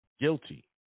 Guilty